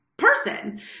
person